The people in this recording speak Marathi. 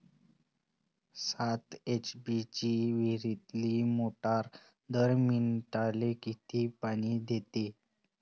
सात एच.पी ची विहिरीतली मोटार दर मिनटाले किती पानी देते?